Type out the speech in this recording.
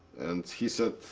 and he said,